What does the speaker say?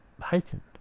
heightened